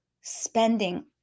spending